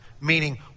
Meaning